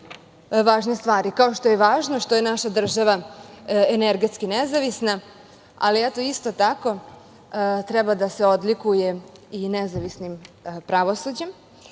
važne stvari, kao što je važno što je naša država energetski nezavisna, ali isto tako treba da se odlikuje i nezavisnim pravosuđem.